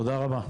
תודה רבה.